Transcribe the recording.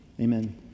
Amen